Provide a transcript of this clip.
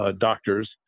doctors